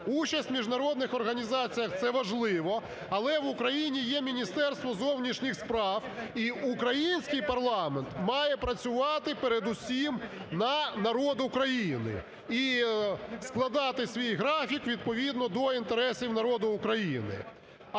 Участь в міжнародних організаціях – це важливо, але в Україні є міністерство зовнішніх справ, і український парламент має працювати передусім на народ України і складати свій графік відповідно до інтересів народу України.